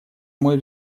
мой